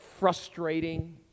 frustrating